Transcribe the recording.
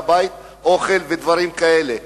אוכל ודברים כאלה מהבית.